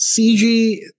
CG